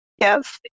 Yes